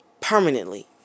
Permanently